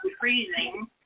freezing